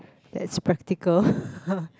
that's practical